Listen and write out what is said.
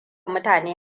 mutane